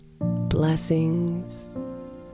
Blessings